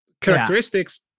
characteristics